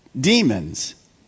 demons